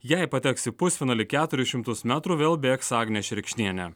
jei pateks į pusfinalį keturis šimtus metrų vėl bėgs agnė šerkšnienė